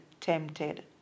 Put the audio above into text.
tempted